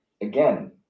again